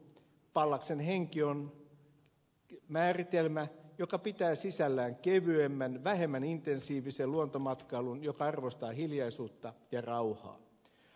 pallaksen henki on määritelmä joka pitää sisällään kevyemmän vähemmän intensiivisen luontomatkailun joka arvostaa hiljaisuutta ja rauhaa